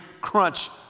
crunch